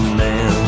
man